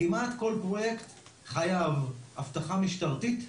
כמעט כל פרויקט חייב אבטחה משטרתית,